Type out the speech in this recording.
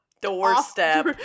doorstep